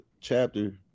chapter